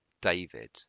David